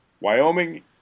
Wyoming